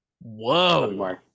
Whoa